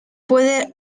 puede